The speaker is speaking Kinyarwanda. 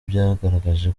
byagaragaje